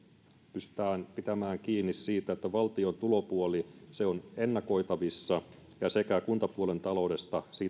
pystytään pitämään kiinni siitä että valtion tulopuoli on ennakoitavissa ja että kuntapuolen taloudesta